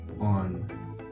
on